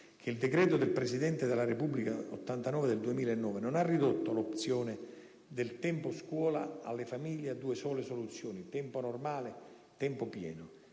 che il decreto del Presidente della Repubblica n. 89 del 2009 non ha ridotto l'opzione del tempo scuola alle famiglie a due sole soluzioni, tempo normale-tempo pieno,